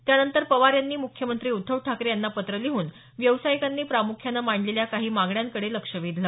त्यानंतर पवार यांनी मुख्यमंत्री उद्धव ठाकरे यांना पत्र लिहन व्यावसायिकांनी प्रामुख्याने मांडलेल्या काही मागण्यांकडे लक्ष वेधलं